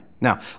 Now